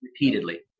repeatedly